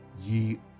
ye